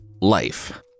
life